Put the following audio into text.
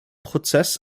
prozess